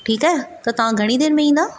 ठीक आहे त तव्हां घणी देर में ईंदव